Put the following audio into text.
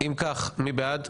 אם כך, מי בעד?